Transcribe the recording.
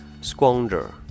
Squander